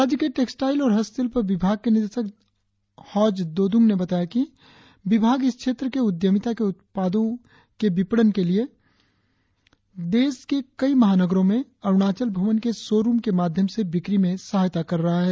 राज्य के टेक्सटाईल्स और हस्तशिल्प विभाग के निदेशक हाज दोदुंग ने बताया कि विभाग इस क्षेत्र के उद्यमिता के उत्पादों के विपणन के लिए देश के कई महानगरों में अरुणाचल भवन के शो रुम के माध्यम से बिक्री में सहायता कर रहा है